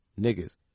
Niggas